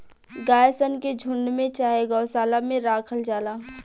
गाय सन के झुण्ड में चाहे गौशाला में राखल जाला